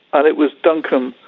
but it was duncombe,